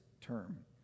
term